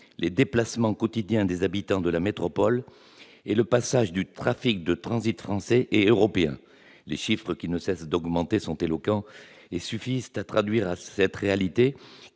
les déplacements quotidiens des habitants de la métropole et le passage d'un trafic de transit français et européen. Les chiffres, qui ne cessent d'augmenter, sont éloquents et suffisent à traduire cette réalité,